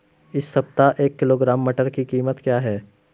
इस सप्ताह एक किलोग्राम मटर की कीमत क्या है?